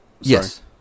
Yes